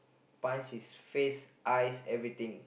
punch his face eye everything